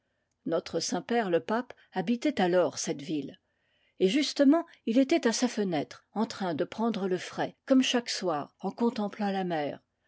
notre saint-père le pape habitait alors cette ville et jus tement il était à sa fenêtre en train de prendre le frais comme chaque soir en contemplant la mer